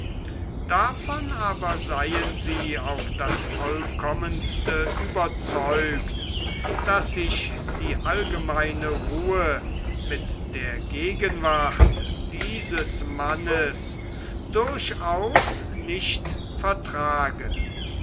davon aber seien sie auf das vollkommenste überzeugt daß sich die allgemeine ruhe mit der gegenwart dieses mannes durchaus nicht vertrage